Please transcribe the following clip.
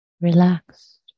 relaxed